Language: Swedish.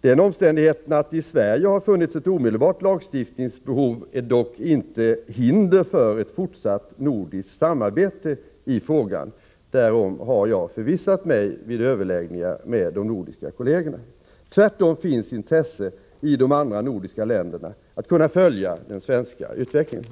Den omständigheten att det i Sverige har funnits ett omedelbart lagstiftningsbehov är dock inte något hinder för ett fortsatt nordiskt samarbete i frågan; därom har jag förvissat mig vid överläggningar med de nordiska kollegerna. Det finns tvärtom intresse i de andra nordiska länderna att kunna följa den svenska utvecklingen.